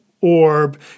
orb